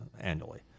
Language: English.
annually